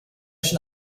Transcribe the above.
schon